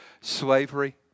slavery